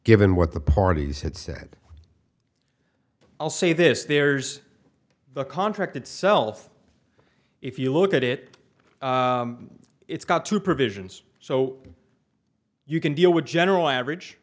given what the parties had said i'll say this there's the contract itself if you look at it it's got two provisions so you can deal with general average